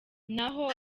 naho